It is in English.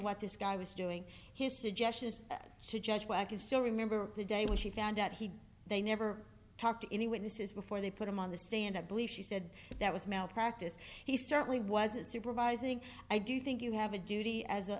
what this guy was doing his suggestion is to judge what i can still remember the day when she found out he they never talked to any witnesses before they put him on the stand i believe she said that was malpractise he certainly wasn't supervising i do think you have a duty as a